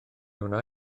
wna